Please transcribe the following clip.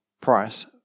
price